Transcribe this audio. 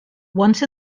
once